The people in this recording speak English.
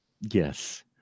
Yes